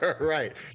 Right